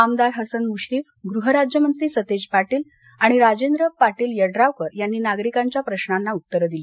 आमदार हसन म्श्रीफ गृहराज्यमंत्री सतेज पाटील आणि राजेंद्र पाटील यड्रावकर यांनी नागरिकांच्या प्रशाला उत्तरं दिली